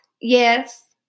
yes